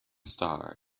star